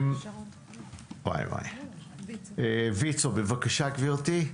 ויצו, בבקשה גברתי.